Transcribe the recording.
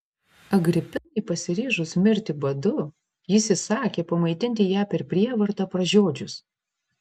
agripinai pasiryžus mirti badu jis įsakė pamaitinti ją per prievartą pražiodžius